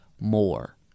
more